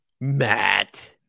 Matt